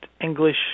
English